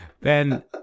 Ben